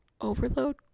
overload